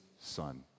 son